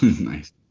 Nice